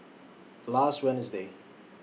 last Wednesday